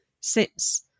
sits